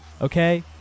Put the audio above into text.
Okay